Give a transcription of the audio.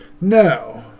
no